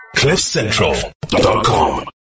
cliffcentral.com